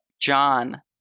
John